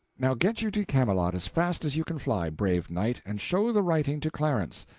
now get you to camelot as fast as you can fly, brave knight, and show the writing to clarence,